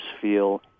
feel